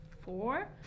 four